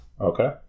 okay